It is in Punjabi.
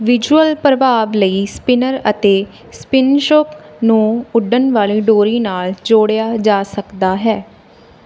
ਵਿਜ਼ੂਅਲ ਪ੍ਰਭਾਵ ਲਈ ਸਪਿਨਰ ਅਤੇ ਸਪਿਨਸੌਕ ਨੂੰ ਉੱਡਣ ਵਾਲੀ ਡੋਰੀ ਨਾਲ ਜੋੜਿਆ ਜਾ ਸਕਦਾ ਹੈ